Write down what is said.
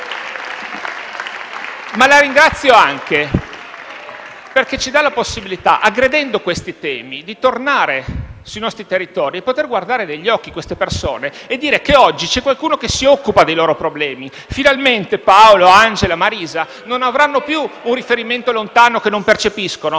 Ma la ringrazio anche perché ci dà la possibilità, aggredendo questi temi, di tornare sui nostri territori, poter guardare negli occhi queste persone e dire che oggi c'è qualcuno che si occupa dei loro problemi. *(Commenti dal Gruppo PD)*. Finalmente Paolo, Angela, Marisa non avranno più un riferimento lontano che non percepiscono,